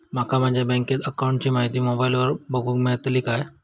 माका माझ्या बँकेच्या अकाऊंटची माहिती मोबाईलार बगुक मेळतली काय?